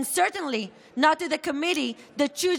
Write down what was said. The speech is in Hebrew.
and certainly not to the committee that chooses